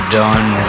done